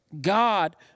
God